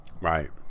Right